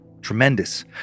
tremendous